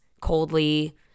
coldly